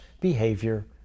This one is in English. behavior